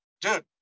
dude